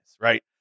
right